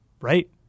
Right